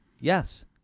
Yes